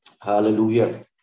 hallelujah